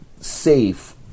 safe